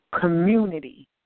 community